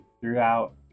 Throughout